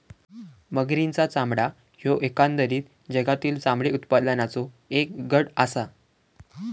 मगरींचा चामडा ह्यो एकंदरीत जगातील चामडे उत्पादनाचों एक गट आसा